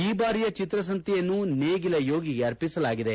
ಈ ಬಾರಿಯ ಚಿತ್ರಸಂತೆಯನ್ನು ನೇಗಿಲ ಯೋಗಿಗೆ ಅರ್ಪಿಸಲಾಗಿದೆ